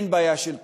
אין בעיה של תקציב.